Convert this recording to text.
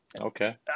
okay